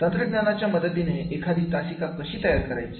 तंत्रज्ञानाच्या मदतीने एखादी तासिका कशी तयार करायची